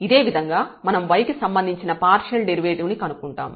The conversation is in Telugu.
ఇదేవిధంగా మనం y కి సంబంధించిన పార్షియల్ డెరివేటివ్ ని కనుక్కుంటాము